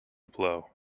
blow